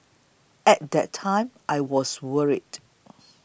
at that time I was worried